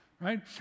right